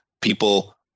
people